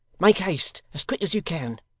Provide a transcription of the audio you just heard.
make haste as quick as you can